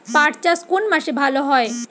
পাট চাষ কোন মাসে ভালো হয়?